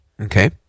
Okay